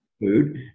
food